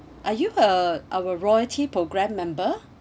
are you uh our loyalty program member